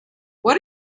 what